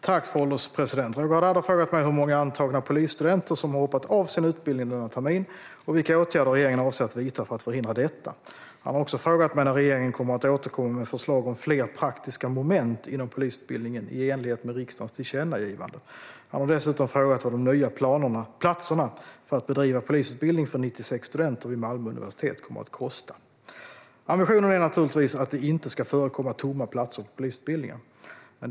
Fru ålderspresident! Roger Haddad har frågat mig hur många antagna polisstudenter som har hoppat av sin utbildning denna termin och vilka åtgärder regeringen avser att vidta för att förhindra detta. Han har också frågat mig när regeringen kommer att återkomma med förslag om fler praktiska moment inom polisutbildningen i enlighet med riksdagens tillkännagivande. Han har dessutom frågat vad de nya platserna för att bedriva polisutbildning för 96 studenter vid Malmö universitet kommer att kosta. Ambitionen är naturligtvis att det inte ska förekomma tomma platser på polisutbildningen.